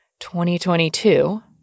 2022